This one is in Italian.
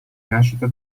nascita